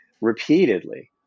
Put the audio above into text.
repeatedly